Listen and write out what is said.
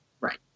Right